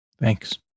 Thanks